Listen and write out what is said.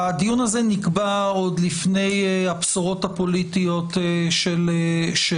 הדיון הזה נקבע עוד לפני הבשורות הפוליטיות מאתמול.